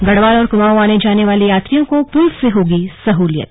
गढ़वाल और कुमाऊं आने जाने वाले यात्रियों को पुल से होगी सहूलियत